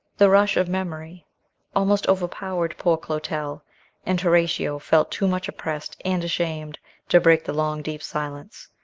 the rush of memory almost overpowered poor clotel and horatio felt too much oppressed and ashamed to break the long deep silence.